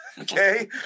okay